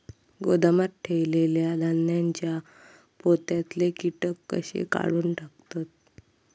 गोदामात ठेयलेल्या धान्यांच्या पोत्यातले कीटक कशे काढून टाकतत?